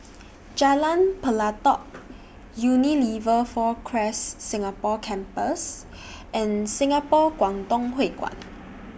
Jalan Pelatok Unilever four Acres Singapore Campus and Singapore Kwangtung Hui Kuan